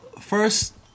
first